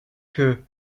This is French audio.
que